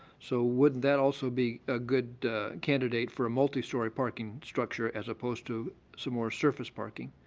so wouldn't that also be a good candidate for a multi-story parking structure as opposed to some more surface parking?